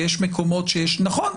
נכון,